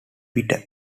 bitter